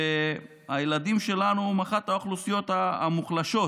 והילדים שלנו הם אחת האוכלוסיות המוחלשות